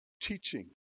teaching